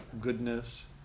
goodness